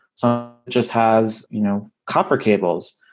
some just has you know copper cables.